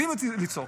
יודעים יפה לצעוק.